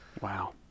Wow